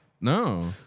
No